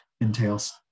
entails